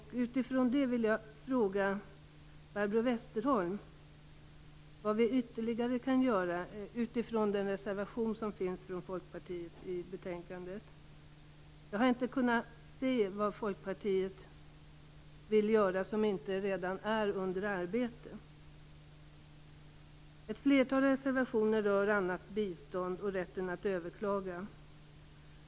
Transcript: Därför vill jag fråga Barbro Westerholm vad vi kan göra ytterligare. Jag tänker på den reservation från Folkpartiet som finns fogad till betänkandet; jag har inte kunnat se vad Folkpartiet vill göra som inte redan är under arbete. Ett flertal reservationer rör annat bistånd och rätten att överklaga.